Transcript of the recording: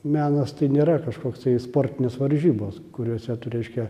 menas tai nėra kažkoksai sportinės varžybos kuriose tu reiškia